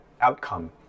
outcome